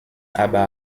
aber